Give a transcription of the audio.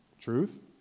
Truth